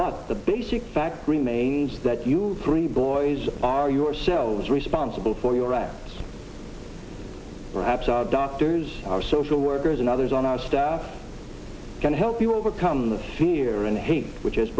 but the basic fact remains that you three boys are yourselves responsible for your acts perhaps doctors are social workers and others on our staff can help you overcome the fear and hate which